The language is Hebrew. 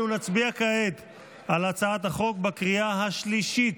אנו נצביע כעת על הצעת החוק כנוסח הוועדה בקריאה שלישית.